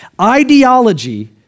Ideology